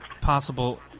possible